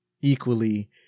equally